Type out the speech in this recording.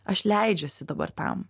aš leidžiuosi dabar tam